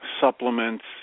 supplements